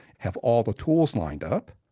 have all the tools lined up.